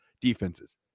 defenses